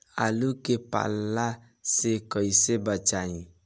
आलु के पाला से कईसे बचाईब?